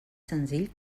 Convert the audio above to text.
senzill